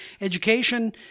Education